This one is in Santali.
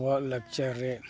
ᱟᱵᱚᱣᱟᱜ ᱞᱟᱠᱪᱟᱨ ᱨᱮ